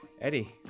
Eddie